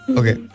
okay